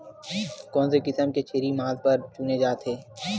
कोन से किसम के छेरी मांस बार चुने जाथे?